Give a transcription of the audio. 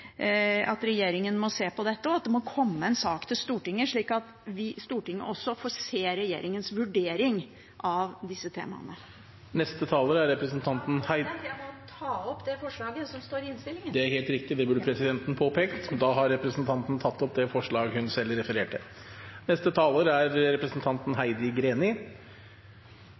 regjeringen må se på dette, og at det må komme en sak til Stortinget, slik at Stortinget også får se regjeringens vurdering av disse temaene. Jeg tar opp det forslaget som står i innstillingen. Da har representanten Karin Andersen tatt opp det forslaget hun refererte til. Senterpartiet støtter regjeringens forslag om at de som er